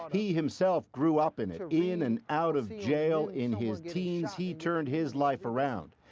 he himself grew up in it, in and out of jail in his teens he turned his life around.